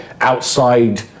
outside